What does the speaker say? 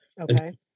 Okay